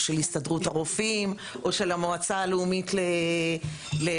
של הסתדרות הרופאים או של המועצה הלאומית לאונקולוגיה,